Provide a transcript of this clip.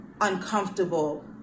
uncomfortable